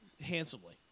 handsomely